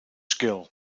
skill